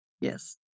yes